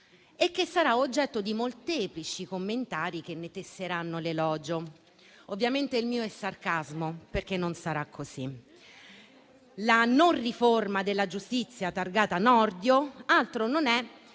e che sarà oggetto di molteplici commentari che ne tesseranno l'elogio. Ovviamente il mio è sarcasmo, perché non sarà così. La non riforma della giustizia targata Nordio altro non è